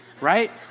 right